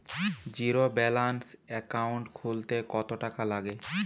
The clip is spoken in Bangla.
জীরো ব্যালান্স একাউন্ট খুলতে কত টাকা লাগে?